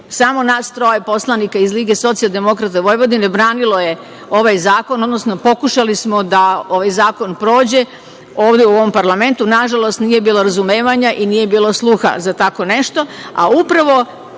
samo nas troje poslanika je iz LSV branilo je ovaj zakon, odnosno pokušali smo da ovaj zakona prođe, ovde u ovom parlamentu. Nažalost nije bilo razumevanja i nije bilo sluha za tako nešto, a upravo